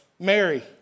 Mary